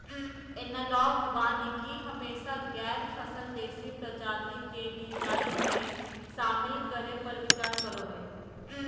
analogue वानिकी हमेशा गैर फसल देशी प्रजाति के डिजाइन में, शामिल करै पर विचार करो हइ